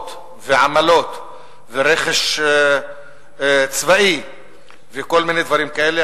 הלוואות ועמלות ורכש צבאי וכל מיני דברים כאלה,